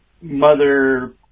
mother